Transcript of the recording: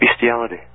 Bestiality